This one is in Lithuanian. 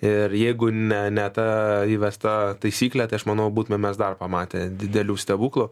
ir jeigu ne ne ta įvesta taisyklė tai aš manau būtume mes dar pamatę didelių stebuklų